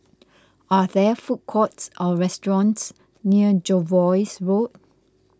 are there food courts or restaurants near Jervois Road